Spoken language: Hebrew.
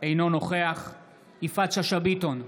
אינו נוכח יפעת שאשא ביטון,